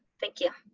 thank you.